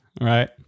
Right